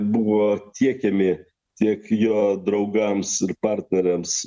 buvo tiekiami tiek jo draugams ir partneriams